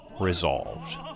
resolved